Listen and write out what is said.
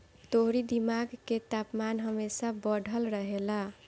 तोहरी दिमाग के तापमान हमेशा बढ़ल रहेला